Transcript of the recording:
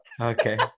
Okay